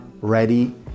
ready